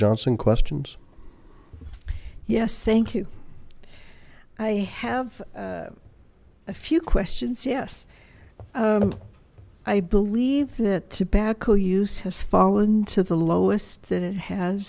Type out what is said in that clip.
johnson questions yes thank you i have a few questions yes i believe that tobacco use has fallen to the lowest tha